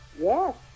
Yes